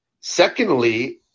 Secondly